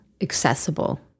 accessible